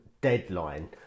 deadline